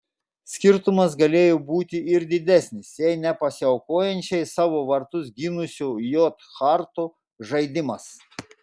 skirtumas galėjo būti ir didesnis jei ne pasiaukojančiai savo vartus gynusio j harto žaidimas